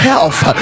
Health